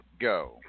go